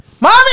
Mommy